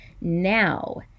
now